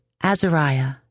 Azariah